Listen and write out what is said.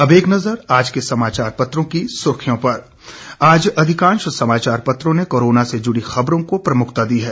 और अब एक नजर आज के समाचार पत्रों की सुर्खियों पर आज अधिकांश समाचार पत्रों ने कोरोना से जुड़ी खबरों को प्रमुखता दी है